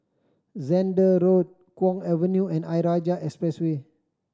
Zehnder Road Kwong Avenue and Ayer Rajah Expressway